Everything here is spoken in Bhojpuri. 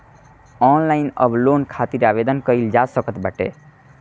ऑनलाइन अब लोन खातिर आवेदन कईल जा सकत बाटे